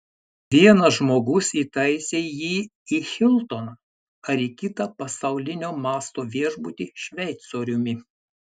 vienas žmogus įtaisė jį į hiltoną ar į kitą pasaulinio masto viešbutį šveicoriumi